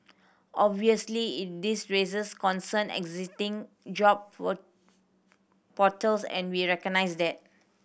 obviously this raises concern existing job portals and we recognise that